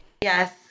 Yes